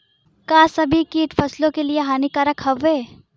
का सभी कीट फसलों के लिए हानिकारक हवें?